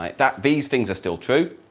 ah that these things are still true.